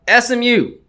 SMU